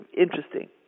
interesting